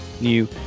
new